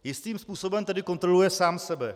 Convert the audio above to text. Jistým způsobem tedy kontroluje sám sebe.